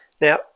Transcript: Now